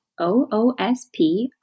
OOSP